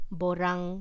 borang